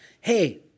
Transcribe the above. Hey